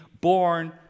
born